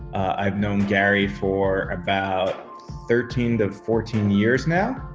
i've known gary for about thirteen to fourteen years now.